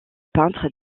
peintre